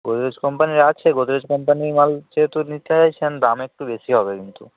গোদরেজ কোম্পানির আছে গোদরেজ কোম্পানির মাল যেহেতু নিতে চাইছেন দাম একটু বেশি হবে কিন্তু